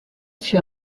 fut